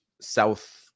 South